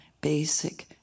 basic